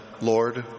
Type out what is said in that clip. Lord